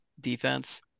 defense